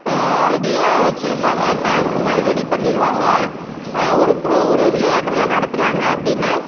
ரெடியாக வச்சுருப்பாங்க டேங்க் மாதிரி ரெடி பண்ணிடுவாங்க ஒரு ப்ரோ ஒரு விளையாட்டு விழா நடத்துகிறாங்க அப்படினா